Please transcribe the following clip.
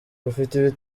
ufite